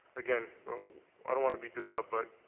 again i don't want to beat this up, but,